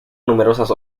numerosas